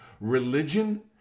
religion